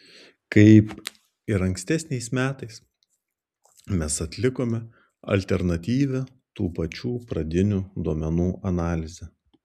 kaip ir ankstesniais metais mes atlikome alternatyvią tų pačių pradinių duomenų analizę